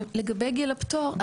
לגבי גיל הפטור,